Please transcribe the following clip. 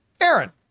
Aaron